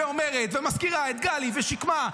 ואומרת ומזכירה את גלי ושקמה,